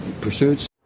pursuits